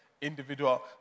individual